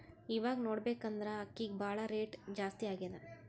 ಇವಾಗ್ ನೋಡ್ಬೇಕ್ ಅಂದ್ರ ಅಕ್ಕಿಗ್ ಭಾಳ್ ರೇಟ್ ಜಾಸ್ತಿ ಆಗ್ಯಾದ